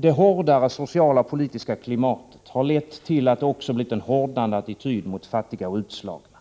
Det hårdare politiska klimatet har lett till att det också blivit en hårdnande attityd mot fattiga och utslagna.